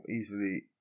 easily